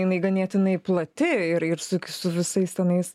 jinai ganėtinai plati ir ir su su visais tenais